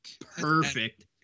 perfect